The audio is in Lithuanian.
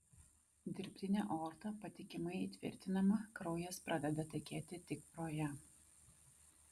dirbtinė aorta patikimai įtvirtinama kraujas pradeda tekėti tik pro ją